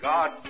God